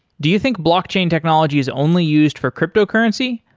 do you think blockchain technology is only used for cryptocurrency?